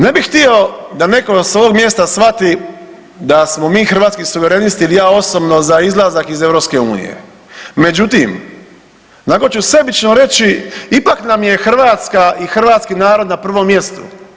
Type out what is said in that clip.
Ne bih htio da netko sa ovog mjesta shvati da smo mi Hrvatski suverenisti ili ja osobno za izlazak iz EU, međutim onako ću sebično reći ipak nam je Hrvatska i hrvatski narod na prvom mjestu.